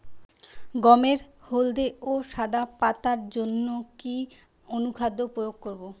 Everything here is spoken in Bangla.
গমের হলদে ও সাদা পাতার জন্য কি অনুখাদ্য প্রয়োগ করব?